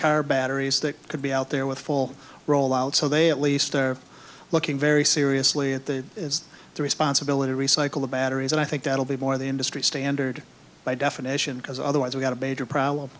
car batteries that could be out there with full rollout so they at least are looking very seriously at the it's the responsibility to recycle the batteries and i think that'll be more the industry standard by definition because otherwise we got a bigger problem